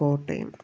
Kottayam